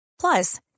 Plus